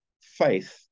faith